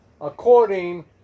according